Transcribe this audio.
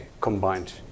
combined